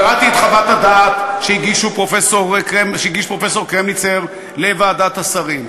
קראתי את חוות הדעת שהגיש פרופסור קרמניצר לוועדת השרים.